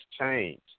change